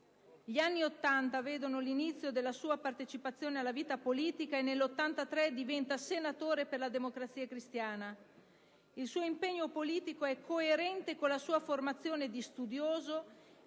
Gli anni Ottanta vedono l'inizio della sua partecipazione alla vita politica e, nel 1983, egli diventa senatore per la Democrazia Cristiana. Il suo impegno politico è coerente con la sua formazione di studioso